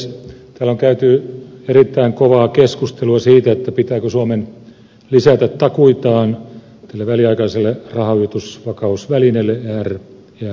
täällä on käyty erittäin kovaa keskustelua siitä pitääkö suomen lisätä takuitaan tälle väliaikaiselle rahoitusvakausvälineelle ervvlle